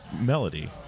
melody